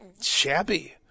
shabby